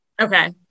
Okay